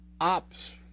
Ops